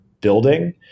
building